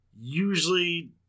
Usually